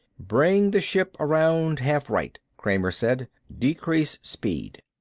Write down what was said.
bring the ship around half-right, kramer said. decrease speed.